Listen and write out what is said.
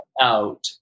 out